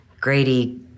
Grady